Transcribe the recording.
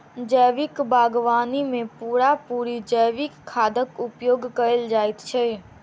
जैविक बागवानी मे पूरा पूरी जैविक खादक उपयोग कएल जाइत छै